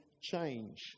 change